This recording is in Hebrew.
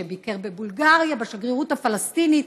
שביקר בבולגריה בשגרירות הפלסטינית.